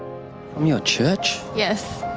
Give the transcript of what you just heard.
from your church? yes,